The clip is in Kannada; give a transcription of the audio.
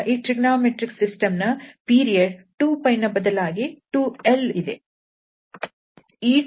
ಈ ಟ್ರಿಗೊನೋಮೆಟ್ರಿಕ್ ಸಿಸ್ಟಮ್ ಕೂಡ −𝑙 ನಿಂದ 𝑙 ವರೆಗಿನ ಇಂಟರ್ವಲ್ ನಲ್ಲಿ ಅಥವಾ 𝑎 ಇಂದ 𝑎 2𝑙 ನ ಇಂಟರ್ವಲ್ ನಲ್ಲಿ ಓರ್ಥೋಗೊನಲ್ ವಾಗಿರುತ್ತದೆ